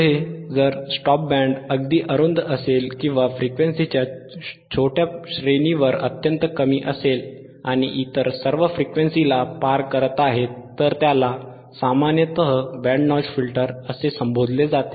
पुढे जर "stop band" "stop band" अगदी अरुंद असेल किंवा फ्रिक्वेन्सीच्या छोट्या श्रेणीवर अत्यंत कमी असेल आणि इतर सर्व फ्रिक्वेन्सीला पार करत आहेत तर त्याला सामान्यतः "band notch filter" "Band Notch Filter" असे संबोधले जाते